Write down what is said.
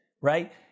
Right